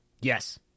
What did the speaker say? Yes